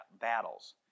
battles